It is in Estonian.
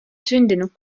sündinud